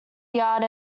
yard